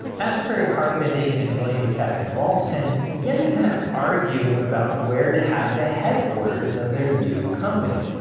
asbury harpending and william chapman ralston begin to kind of argue about where to have the headquarters of their new company.